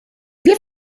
wir